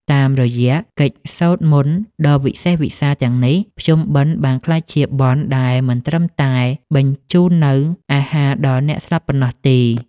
តាមរយៈកិច្ចសូត្រមន្តដ៏វិសេសវិសាលទាំងនេះ ភ្ជុំបិណ្ឌបានក្លាយជាបុណ្យដែលមិនត្រឹមតែបញ្ចូនអាហារដល់អ្នកស្លាប់ប៉ុណ្ណោះទេ